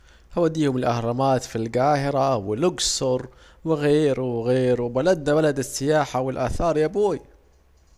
هوديهم الأهرامات في الجاهرة والاجصر وغيره وغيره، بلادنا بلد السياح يا بوي